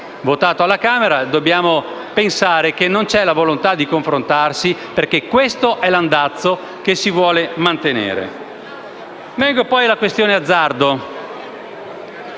dei deputati, dobbiamo pensare che non c'è la volontà di confrontarsi, perché questo è l'andazzo che si vuol mantenere. Vengo poi alla questione dell'azzardo: